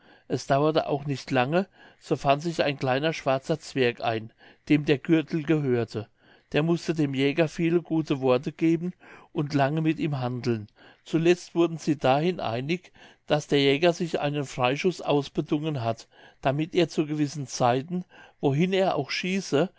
es dauerte auch nicht lange so fand sich ein kleiner schwarzer zwerg ein dem der gürtel gehörte der mußte dem jäger viele gute worte geben und lange mit ihm handeln zuletzt wurden sie dahin einig daß der jäger sich einen freischuß ausbedungen hat damit er zu gewissen zeiten wohin er auch schieße